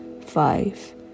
five